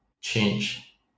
change